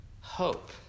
hope